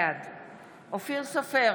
בעד אופיר סופר,